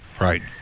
right